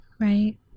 Right